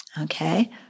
Okay